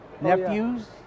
nephews